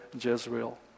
Jezreel